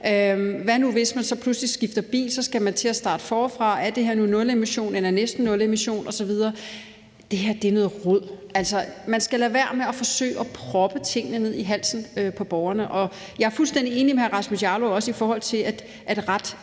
Hvad nu hvis man så pludselig skifter bil? Så skal man til at starte forfra, og er det nulemission, eller er det næsten nulemission osv.? Det her er noget rod. Man skal lade være med at forsøge at proppe tingene ned i halsen på borgerne, og jeg er også fuldstændig enig med hr. Rasmus Jarlov, i forhold til at